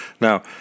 Now